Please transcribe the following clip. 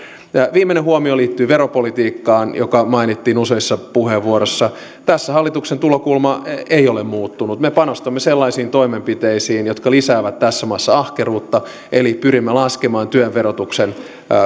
viimeinen huomio liittyy veropolitiikkaan joka mainittiin useissa puheenvuoroissa tässä hallituksen tulokulma ei ei ole muuttunut me panostamme sellaisiin toimenpiteisiin jotka lisäävät tässä maassa ahkeruutta eli pyrimme laskemaan työn verotuksen